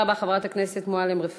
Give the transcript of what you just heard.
תודה רבה, חברת הכנסת מועלם-רפאלי.